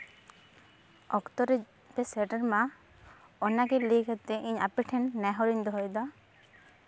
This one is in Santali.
ᱚᱠᱛᱚ ᱨᱮᱯᱮ ᱥᱮᱴᱮᱨ ᱢᱟ ᱚᱱᱟᱜᱮ ᱞᱟᱹᱭ ᱠᱟᱛᱮ ᱤᱧ ᱟᱯᱮ ᱴᱷᱮᱱ ᱱᱮᱦᱚᱨ ᱤᱧ ᱫᱚᱦᱚᱭᱮᱫᱟ